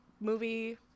movie